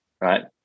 right